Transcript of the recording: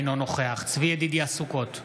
אינו נוכח צבי ידידיה סוכות,